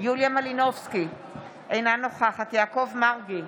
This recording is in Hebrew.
יוליה מלינובסקי קונין, אינה נוכחת יעקב מרגי,